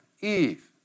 Eve